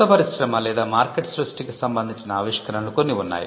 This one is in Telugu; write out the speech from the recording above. కొత్త పరిశ్రమ లేదా మార్కెట్ సృష్టికి సంబంధించిన ఆవిష్కరణలు కొన్ని ఉన్నాయి